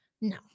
No